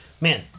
man